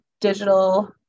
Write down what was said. digital